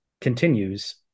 continues